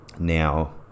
Now